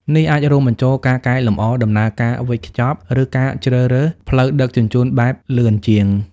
នេះអាចរួមបញ្ចូលការកែលម្អដំណើរការវេចខ្ចប់ ឬការជ្រើសរើសផ្លូវដឹកជញ្ជូនដែលលឿនជាង។